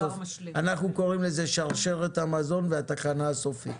אנחנו קוראים לזה שרשרת המזון והתחנה הסופית.